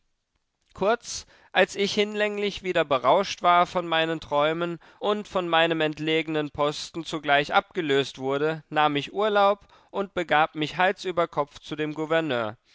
kurz als ich hinlänglich wieder berauscht war von meinen träumen und von meinem entlegenen posten zugleich abgelöst wurde nahm ich urlaub und begab mich hals über kopf zu dem gouverneur